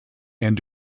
and